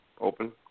open